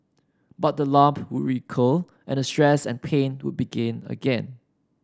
but the lump would recur and the stress and pain would begin again